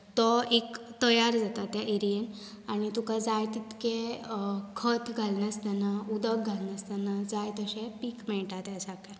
तो एक तयार जाता ते एरियेंत आनी तुका जाय तितकें खत घालनासतना उदक घालनासतना जाय तशें पीक मेळटा त्या जाग्यार